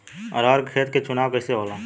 अरहर के खेत के चुनाव कइसे होला?